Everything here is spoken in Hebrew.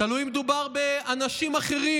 ותלוי אם מדובר ב"אנשים אחרים".